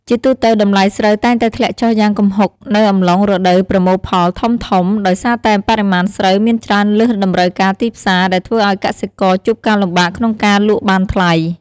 ជាទូទៅ តម្លៃស្រូវតែងតែធ្លាក់ចុះយ៉ាងគំហុកនៅអំឡុងរដូវប្រមូលផលធំៗ ដោយសារតែបរិមាណស្រូវមានច្រើនលើសតម្រូវការទីផ្សារ ដែលធ្វើឲ្យកសិករជួបការលំបាកក្នុងការលក់បានថ្លៃ។